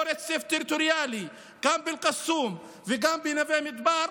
רצף טריטוריאלי גם באל-קסום וגם בנווה מדבר,